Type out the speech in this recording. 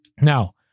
Now